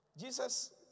Jesus